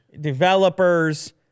Developers